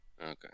Okay